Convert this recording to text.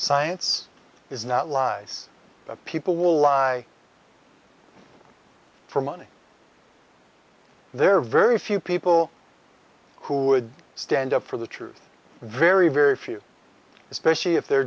science is not lies that people will lie for money there are very few people who would stand up for the truth very very few especially if their